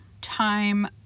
time